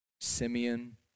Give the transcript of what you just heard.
Simeon